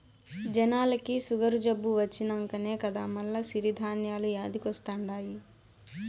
జనాలకి సుగరు జబ్బు వచ్చినంకనే కదా మల్ల సిరి ధాన్యాలు యాదికొస్తండాయి